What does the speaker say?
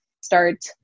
start